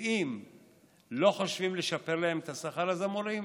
ואם לא חושבים לשפר להם את השכר, אז המורים,